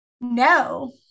No